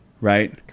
right